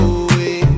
away